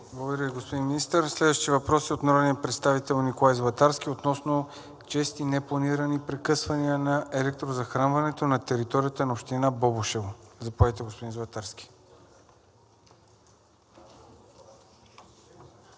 Благодаря, господин Министър. Следващият въпрос е от народния представител Николай Златарски относно чести непланирани прекъсвания на електрозахранването на територията на община Бобошево. Заповядайте, господин Златарски.